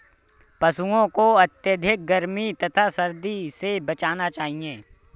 पशूओं को अत्यधिक गर्मी तथा सर्दी से बचाना चाहिए